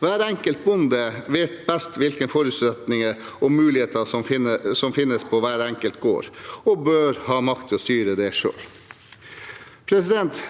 Hver enkelt bonde vet best hvilke forutsetninger og muligheter som finnes på hver enkelt gård, og bør ha makt til å styre dette selv.